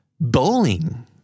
bowling